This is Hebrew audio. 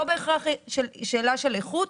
לא בהכרח שאלה של איכות,